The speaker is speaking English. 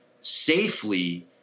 safely